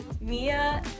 Mia